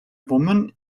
woman